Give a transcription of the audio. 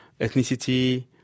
ethnicity